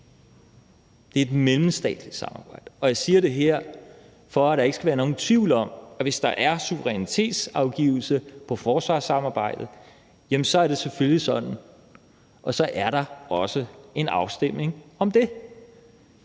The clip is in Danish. det er et mellemstatsligt samarbejde. Jeg siger det her, fordi der ikke skal være nogen tvivl om, at hvis der er suverænitetsafgivelse i forhold til forsvarsomsamarbejdet, er det selvfølgelig sådan, at der så også er en afstemning om det.